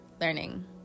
learning